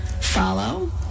follow